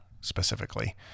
specifically